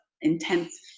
intense